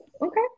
okay